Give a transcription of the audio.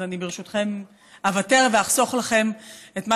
אז אני ברשותכם אוותר ואחסוך לכם את מה